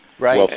Right